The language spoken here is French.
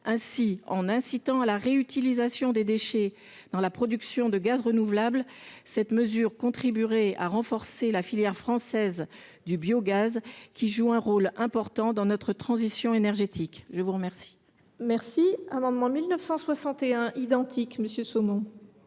Ainsi, en incitant à la réutilisation des déchets dans la production de gaz renouvelable, cette mesure contribuerait à renforcer la filière française du biogaz, qui joue un rôle important dans notre transition énergétique. La parole